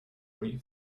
three